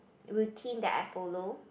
routine that I follow